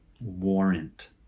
warrant